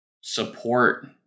support